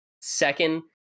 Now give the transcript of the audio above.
Second